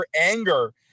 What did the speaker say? anger